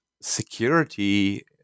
security